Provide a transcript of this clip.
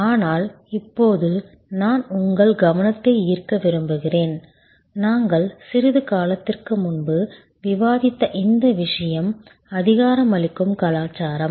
ஆனால் இப்போது நான் உங்கள் கவனத்தை ஈர்க்க விரும்புகிறேன் நாங்கள் சிறிது காலத்திற்கு முன்பு விவாதித்த இந்த விஷயம் அதிகாரமளிக்கும் கலாச்சாரம்